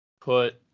put